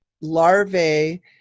Larvae